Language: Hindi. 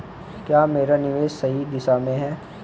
क्या मेरा निवेश सही दिशा में है?